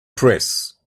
press